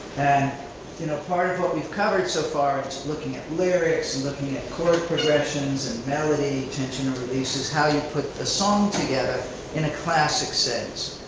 and you know part of what we've covered so far is looking at lyrics, and looking at chord progressions, and melody tension and releases, how you put the song together in a classic sense.